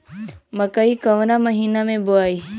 मकई कवना महीना मे बोआइ?